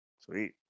Sweet